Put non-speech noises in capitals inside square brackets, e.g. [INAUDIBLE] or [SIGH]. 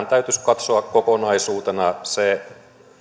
[UNINTELLIGIBLE] täytyisi katsoa kokonaisuutena ne